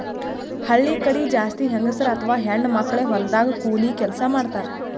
ಹಳ್ಳಿ ಕಡಿ ಜಾಸ್ತಿ ಹೆಂಗಸರ್ ಅಥವಾ ಹೆಣ್ಣ್ ಮಕ್ಕಳೇ ಹೊಲದಾಗ್ ಕೂಲಿ ಕೆಲ್ಸ್ ಮಾಡ್ತಾರ್